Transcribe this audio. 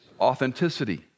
authenticity